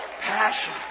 Passion